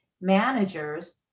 managers